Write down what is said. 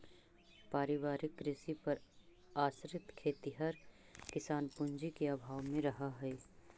पारिवारिक कृषि पर आश्रित खेतिहर किसान पूँजी के अभाव में रहऽ हइ